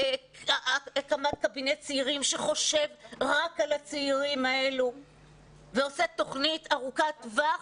בהקמת קבינט צעירים שחושב רק על הצעירים האלה ועושה תוכנית ארוכת-טווח,